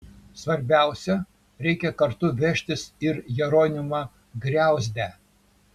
svarbiausia reikia kartu vežtis ir jeronimą griauzdę